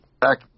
back